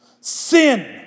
Sin